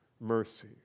mercy